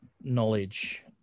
knowledge